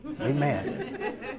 amen